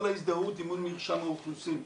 כל ההזדהות היא מול מרשם האוכלוסין.